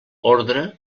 ordre